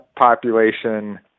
population